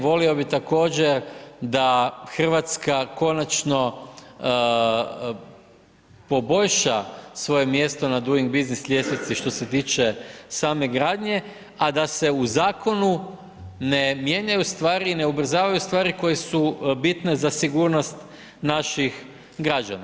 Volio bih također da Hrvatska konačno poboljša svoje mjesto na doing business ljestvici što se tiče same gradnje a da se u zakonu ne mijenjaju stvari i ne ubrzavaju stvari koje su bitne za sigurnost naših građana.